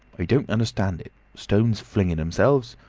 i don't understand it. stones flinging themselves.